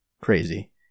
Crazy